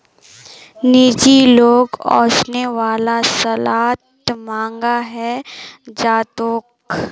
निजी लोन ओसने वाला सालत महंगा हैं जातोक